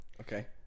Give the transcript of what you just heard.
Okay